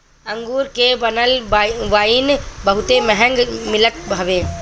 अंगूर से बनल वाइन बहुते महंग मिलत हवे